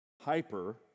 hyper